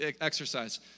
exercise